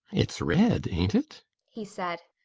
it's red he said.